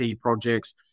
projects